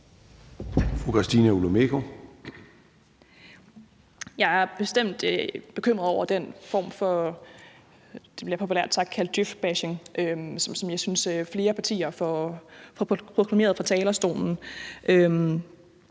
Jeg er bestemt bekymret over den form for, populært sagt, djøfbashing, som jeg synes at flere partier formulerer fra talerstolen.